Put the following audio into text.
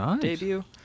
debut